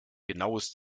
genaues